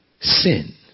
Sin